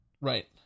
Right